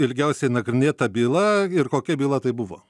ilgiausiai nagrinėta byla ir kokia byla tai buvo